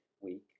week